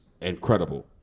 incredible